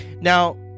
Now